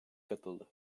katıldı